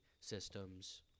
systems